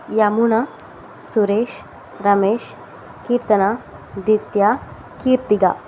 யமுனா சுரேஷ் ரமேஷ் கீர்த்தனா தீப்தியா கீர்த்திகா